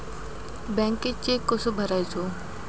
बँकेत चेक कसो भरायचो?